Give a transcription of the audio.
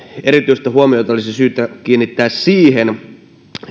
erityistä huomiota olisi syytä kiinnittää siihen